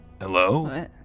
Hello